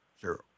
sure